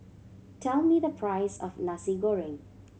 tell me the price of Nasi Goreng